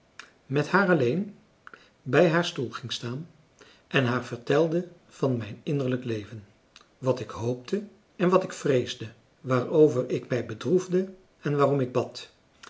met haar alleen bij haar stoel ging staan en haar vertelde van mijn innerlijk leven wat ik hoopte en wat ik vreesde waarover ik mij bedroefde en waarom ik bad